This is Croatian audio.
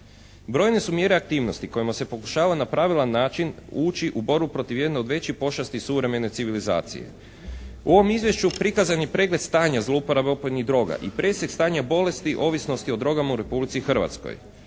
Brojne su mjere aktivnosti kojima se pokušava na pravilan način ući u borbu protiv jedne od većih pošasti suvremene civilizacije. U ovom izvješću prikazan je pregled stanja zlouporabe opojnih droga i presjek stanja bolesti ovisnosti o drogama u Republici Hrvatskoj.